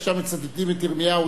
עכשיו מצטטים את ירמיהו,